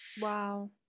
wow